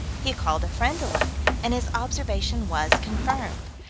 he called a friend to look, and his observation was confirmed.